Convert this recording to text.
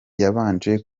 yabanje